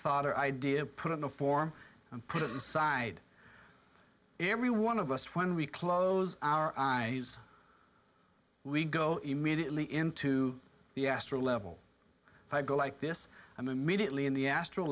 thought or idea put it in a form and put it inside every one of us when we close our eyes we go immediately into the astral level i go like this i'm immediately in the astr